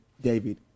David